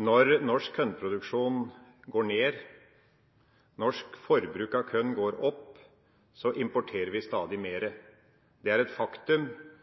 Når norsk kornproduksjon går ned, norsk forbruk av korn går opp, importerer vi stadig mer. Det er et faktum,